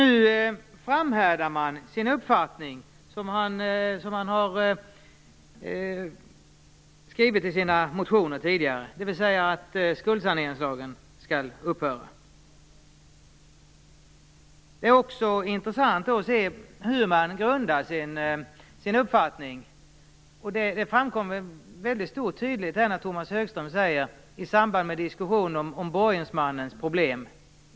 Nu framhärdar man i den uppfattning som man tidigare har framfört i sina motioner, dvs. att skuldsaneringslagen skall upphävas. Det är också intressant att se vad man grundar sin uppfattning på. Det framkom med mycket stor tydlighet när Tomas Högström diskuterade borgensmannens problem.